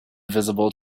visible